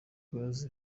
gaz